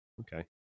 Okay